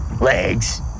legs